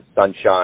sunshine